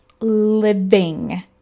living